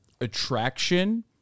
attraction